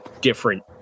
different